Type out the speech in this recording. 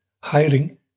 hiring